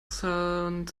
send